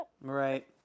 Right